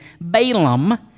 Balaam